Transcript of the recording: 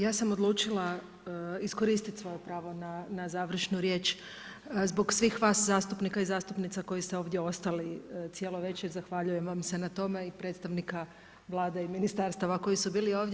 Ja sam odlučila iskoristit svoje pravo na završnu riječ zbog svih vas zastupnika i zastupnica koji ste ovdje ostali cijelo večer zahvaljujem se na tome i predstavnika Vlade i ministarstava koji su bili ovdje.